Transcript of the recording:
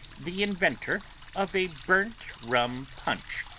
the inventor of a burnt rum punch,